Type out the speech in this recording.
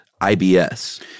IBS